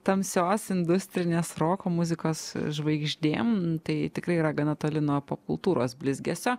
tamsios industrinės roko muzikos žvaigždėm tai tikrai yra gana toli nuo popkultūros blizgesio